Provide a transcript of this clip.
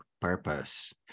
purpose